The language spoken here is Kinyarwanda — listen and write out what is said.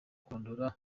kurondora